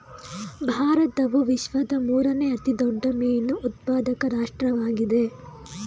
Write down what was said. ಭಾರತವು ವಿಶ್ವದ ಮೂರನೇ ಅತಿ ದೊಡ್ಡ ಮೀನು ಉತ್ಪಾದಕ ರಾಷ್ಟ್ರವಾಗಿದೆ